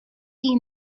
you